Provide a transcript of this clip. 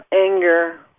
anger